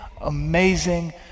amazing